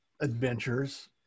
adventures